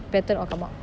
pattern all come out